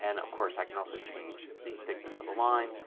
and, of course, i can also change the thickness of the line.